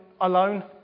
alone